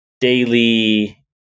daily